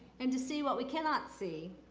and to see what we cannot see.